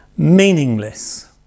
Meaningless